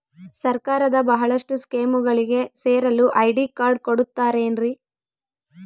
ಸರ್ಕಾರದ ಬಹಳಷ್ಟು ಸ್ಕೇಮುಗಳಿಗೆ ಸೇರಲು ಐ.ಡಿ ಕಾರ್ಡ್ ಕೊಡುತ್ತಾರೇನ್ರಿ?